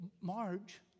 Marge